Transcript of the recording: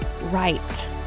right